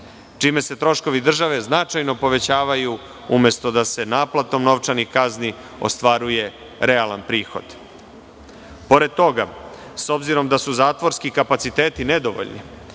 čime se troškovi države značajno povećavaju, umesto da se naplatom novčanih kazni ostvaruje realan prihod. Pored toga, s obzirom da su zatvorski kapaciteti nedovoljni,